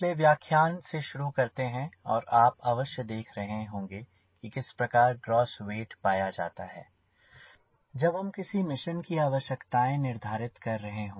पिछले व्याख्यान से शुरू करते है और आप अवश्य देख रहे होंगे कि किस प्रकार ग्रॉस वेट पाया जाता है जब हम किसी मिशन की आवश्यकताएं निर्धारित कर रहे हो